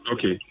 Okay